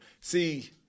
See –